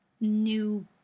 new